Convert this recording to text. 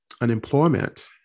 unemployment